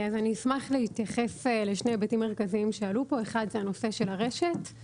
אני אשמח להתייחס לשני היבטים מרכזיים שעלו פה: אחד זה הנושא של הרשת,